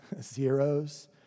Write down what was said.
zeros